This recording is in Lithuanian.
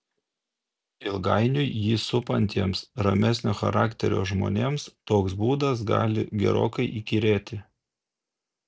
ilgainiui jį supantiems ramesnio charakterio žmonėms toks būdas gali gerokai įkyrėti